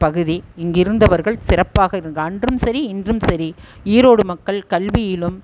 பகுதி இங்கிருந்தவர்கள் சிறப்பாக இருக்கு அன்றும் சரி இன்றும் சரி ஈரோடு மக்கள் கல்வியிலும்